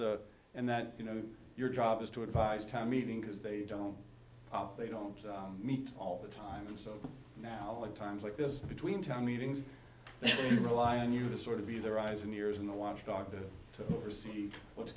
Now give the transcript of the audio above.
the and that you know your job is to advise town meeting because they don't they don't meet all the time so now in times like this between town meetings rely on you to sort of be their eyes and ears in the watchdog to oversee what's